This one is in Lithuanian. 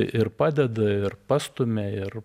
ir padeda ir pastumia ir